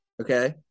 Okay